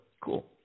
cool